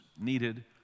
needed